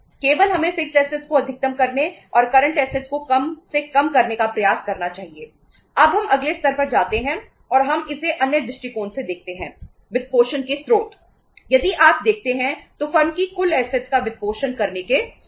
केवल हमें fixed assets का वित्तपोषण करने के स्रोत